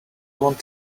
want